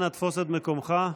אנא תפוס את מקומך.